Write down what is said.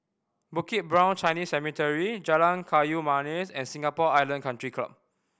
Bukit Brown Chinese Cemetery Jalan Kayu Manis and Singapore Island Country Club